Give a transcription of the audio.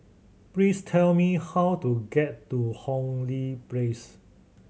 please tell me how to get to Hong Lee Place